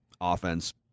offense